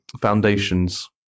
foundations